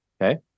Okay